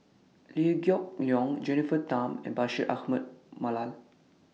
Liew Geok Leong Jennifer Tham and Bashir Ahmad Mallal